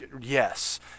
yes